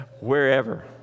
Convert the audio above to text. wherever